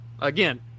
again